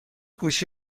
گوشی